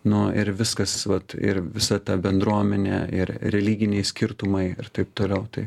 nu ir viskas vat ir visa ta bendruomenė ir religiniai skirtumai ir taip toliau tai